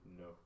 no